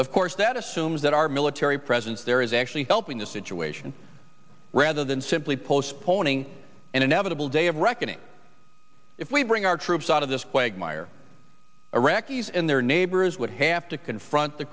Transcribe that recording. of course that assumes that our military presence there is actually helping the situation rather than simply postponing an inevitable day of reckoning if we bring our troops out of this quagmire iraqis and their neighbors would have to confront the